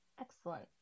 excellent